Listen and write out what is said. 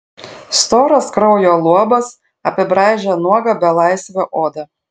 storas kraujo luobas apibraižė nuogą belaisvio odą